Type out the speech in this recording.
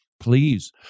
Please